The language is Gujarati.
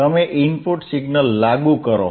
તમે ઇનપુટ સિગ્નલ લાગુ કરો